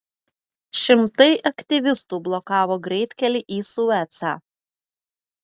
šimtai aktyvistų blokavo greitkelį į suecą